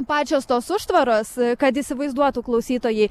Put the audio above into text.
pačios tos užtvaros kad įsivaizduotų klausytojai